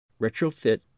Retrofit